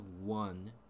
one